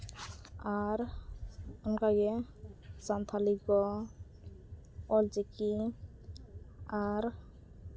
ᱟᱨ ᱚᱱᱠᱟᱜᱮ ᱥᱟᱱᱛᱟᱲᱤ ᱠᱚ ᱚᱞ ᱪᱤᱠᱤ ᱟᱨ